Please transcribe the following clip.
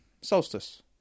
solstice